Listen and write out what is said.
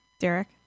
Derek